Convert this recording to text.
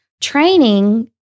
Training